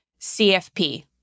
CFP